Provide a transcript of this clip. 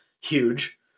huge